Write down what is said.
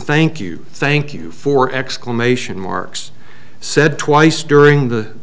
thank you thank you for exclamation marks said twice during the